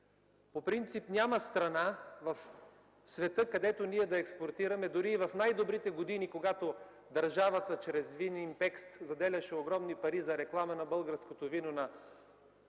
По принцип няма страна в света, където ние да експортираме, дори и в най-добрите години, когато държавата чрез „Винимпекс” заделяше огромни пари за реклама на българското вино на британския